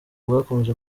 bwakomeje